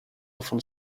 often